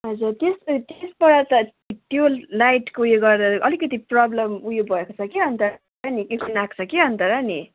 हजुर त्यस त्यसबाट त्यो लाइटको उयो गर्दा अलिकति प्रब्लम उयो भएको छ कि अन्त आएको छ अन्त र नि